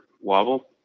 wobble